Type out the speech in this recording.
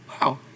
Wow